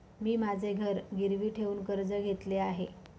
मी माझे घर गिरवी ठेवून कर्ज घेतले आहे